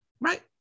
right